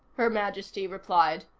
her majesty replied.